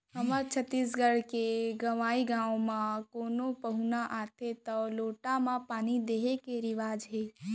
हमर छत्तीसगढ़ के गँवइ गाँव म कोनो पहुना आथें तौ लोटा म पानी दिये के रिवाज हे